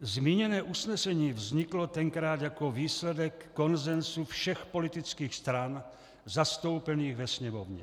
Zmíněné usnesení vzniklo tenkrát jako výsledek konsenzu všech politických stran zastoupených ve Sněmovně.